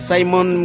Simon